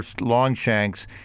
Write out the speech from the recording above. Longshanks